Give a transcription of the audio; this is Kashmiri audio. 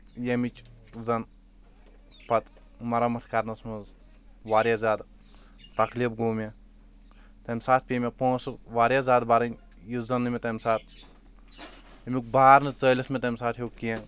ییٚمِچ زَن پَتہ مَرَمَت کَرنَس منٛز واریاہ زیاد تکلیٖف گوو مے تمہِ ساتہٕ پے مےٚ پونٛسہٕ واریاہ زیاد بَرٕنۍ یُس زَن نہٕ مے تَمہِ سات ییٚمیُک بار نہٕ ژٲلِتھ مے تَمہِ ساتہٕ ہیٚوک کیٚنٛہہ